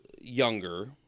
younger